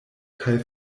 kaj